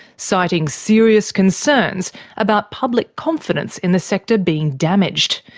citing serious concerns about public confidence in the sector being damaged.